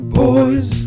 boys